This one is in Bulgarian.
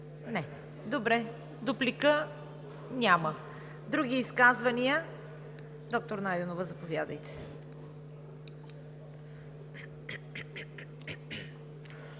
Не. Дуплика? Няма. Други изказвания? Доктор Найденова, заповядайте.